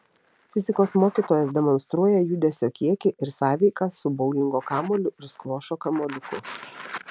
fizikos mokytojas demonstruoja judesio kiekį ir sąveiką su boulingo kamuoliu ir skvošo kamuoliuku